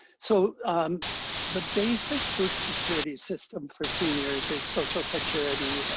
so the basic food security system for seniors is social security,